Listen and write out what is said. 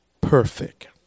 perfect